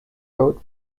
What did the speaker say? road